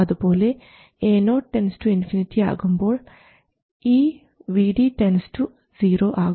അതുപോലെ Ao ∞ ആകുമ്പോൾ ഈ Vd 0 ആകും